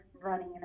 running